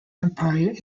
empire